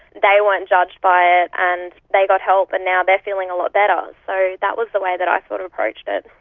they weren't judged by it and they got help and now they're feeling a lot better. so that was the way that i sort of approached it.